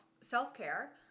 self-care